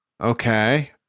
Okay